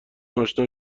آشنا